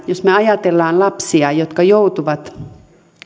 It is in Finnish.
jos me ajattelemme lapsia jotka joutuvat